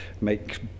make